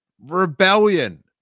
rebellion